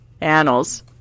annals